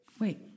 wait